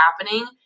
happening